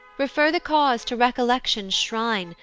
refer the cause to recollection's shrine,